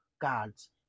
God's